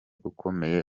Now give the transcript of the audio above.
ukomeye